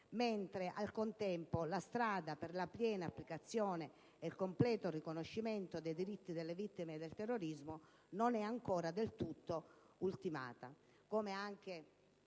Al contempo, la strada per la piena applicazione e il completo riconoscimento dei diritti delle vittime del terrorismo non è ancora del tutto ultimata,